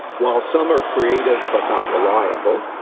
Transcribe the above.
while some are creative but not reliable,